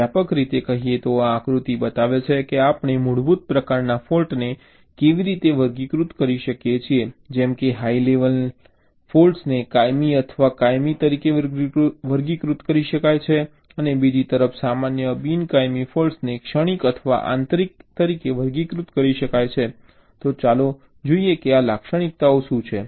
વ્યાપક રીતે કહીએ તો આ આકૃતિ બતાવે છે કે આપણે મૂળભૂત પ્રકારના ફૉલ્ટોને કેવી રીતે વર્ગીકૃત કરી શકીએ છીએ જેમ કે હાઈ લેવલની જેમ ફૉલ્ટ્સને કાયમી અથવા કાયમી તરીકે વર્ગીકૃત કરી શકાય છે અને બીજી તરફ સામાન્ય બિન કાયમી ફૉલ્ટ્સને ક્ષણિક અથવા આંતરિક તરીકે વર્ગીકૃત કરી શકાય છે તો ચાલો જોઈએ કે આ લાક્ષણિકતાઓ શું છે